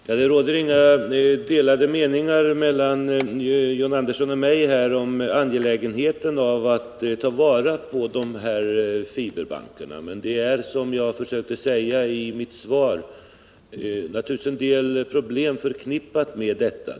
Herr talman! Det råder inga delade meningar mellan John Andersson och mig om det angelägna i att ta vara på fiberbankarna. Men det är, som jag försökt säga i mitt svar, en del problem förknippade med detta.